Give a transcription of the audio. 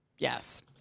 Yes